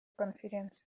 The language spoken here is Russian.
конференции